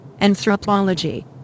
Anthropology